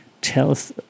tells